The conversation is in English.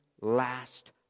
last